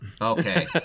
Okay